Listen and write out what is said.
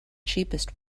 cheapest